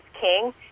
king